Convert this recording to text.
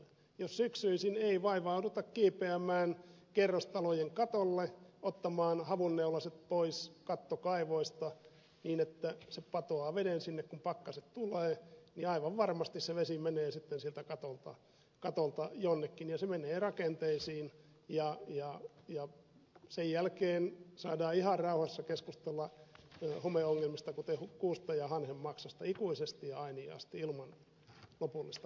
jos syksyisin ei vaivauduta kiipeämään kerrostalojen katolle ottamaan havunneulaset pois kattokaivoista niin että se patoaa veden sinne kun pakkaset tulevat niin aivan varmasti se vesi menee sitten sieltä katolta jonnekin ja se menee rakenteisiin ja sen jälkeen saadaan ihan rauhassa keskustella homeongelmista kuten kuusta ja hanhenmaksasta ikuisesti ja ainiaasti ilman lopullista parannusta